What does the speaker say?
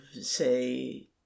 say